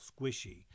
squishy